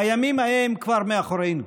הימים ההם כבר מאחורינו.